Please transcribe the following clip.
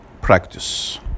practice